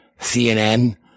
CNN